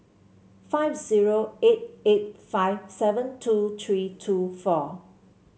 five zero eight eight five seven two three two four